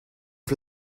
for